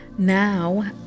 Now